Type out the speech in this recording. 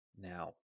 now